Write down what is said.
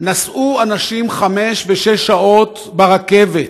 נסעו אנשים חמש ושש שעות ברכבת.